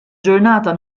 ġurnata